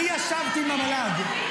למה עוד פעם כולם טיפשים לדעתך?